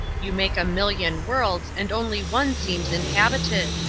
you make a million worlds and only one seems inhabited.